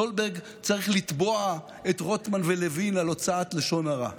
סולברג צריך לתבוע את רוטמן ולוין על הוצאת לשון הרע.